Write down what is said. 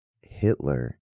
Hitler